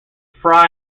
fry